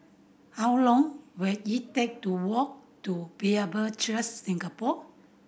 how long will it take to walk to Bible Church Singapore